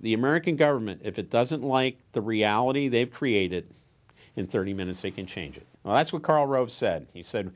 the american government if it doesn't like the reality they've created in thirty minutes they can change it well that's what karl rove said he said